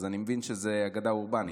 אז אני מבין שזה אגדה אורבנית, נכון?